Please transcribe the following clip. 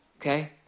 Okay